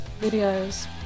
videos